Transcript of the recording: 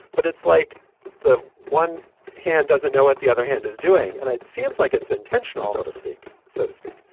but it's like the one hand doesn't know what the other hand is doing. and it seems like it's intentional, so to speak, so to speak,